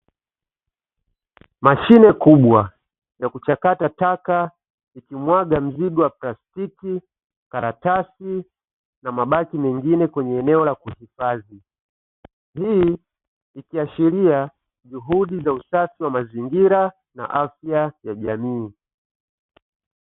Mashine kubwa ya kuchakata taka ikimwaga mzigo wa plastiki, karatasi na mabaki mengine kwenye eneo la kuhifadhi. Hii ikiashiria juhudi za usafi wa mazingira na afya ya jamii.